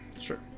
Sure